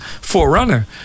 Forerunner